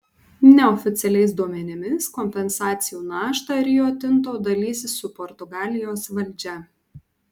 neoficialiais duomenimis kompensacijų naštą rio tinto dalysis su portugalijos valdžia